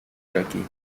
iraquí